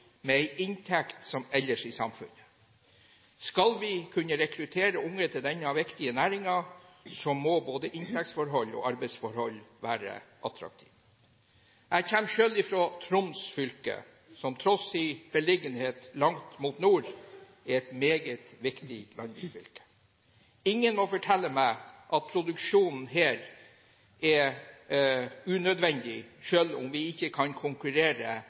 med en inntekt som ellers i samfunnet. Skal vi kunne rekruttere unge til denne viktige næringen, må både inntektsforhold og arbeidsforhold være attraktive. Jeg kommer selv fra Troms fylke, som til tross for sin beliggenhet langt mot nord er et meget viktig landbruksfylke. Ingen må fortelle meg at produksjonen her er unødvendig, selv om vi ikke kan konkurrere